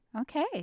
Okay